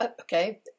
okay